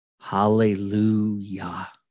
Hallelujah